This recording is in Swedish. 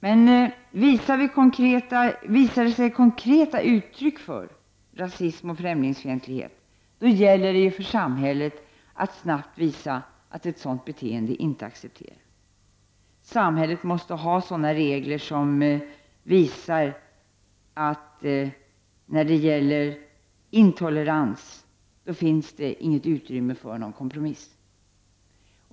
Men visar det sig konkreta uttryck för rasism och främlingsfientlighet, då gäller det för samhället att snabbt visa att ett sådant beteende inte accepteras. Samhället måste ha sådana regler som visar att när det gäller intolerans så finns det inte utrymme för någon kompromiss.